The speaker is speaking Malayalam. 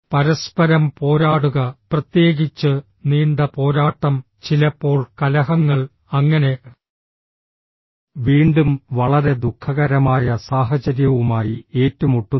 പരസ്പരം പോരാടുക പ്രത്യേകിച്ച് നീണ്ട പോരാട്ടം ചിലപ്പോൾ കലഹങ്ങൾ അങ്ങനെ വീണ്ടും വളരെ ദുഃഖകരമായ സാഹചര്യവുമായി ഏറ്റുമുട്ടുന്നു